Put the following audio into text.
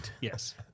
Yes